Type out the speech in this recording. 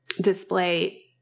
display